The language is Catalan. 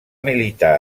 militar